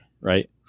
Right